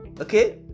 okay